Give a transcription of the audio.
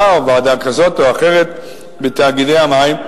או ועדה כזאת או אחרת בתאגידי המים,